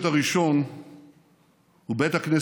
בעוד כמה דקות תחל ישיבה מיוחדת לזכרו של